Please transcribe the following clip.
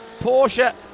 Porsche